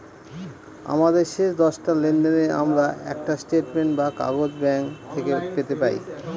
আমাদের শেষ দশটা লেনদেনের আমরা একটা স্টেটমেন্ট বা কাগজ ব্যাঙ্ক থেকে পেতে পাই